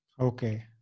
Okay